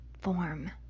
form